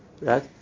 right